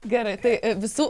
gerai tai visų